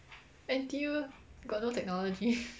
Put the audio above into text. N_T_U got no technology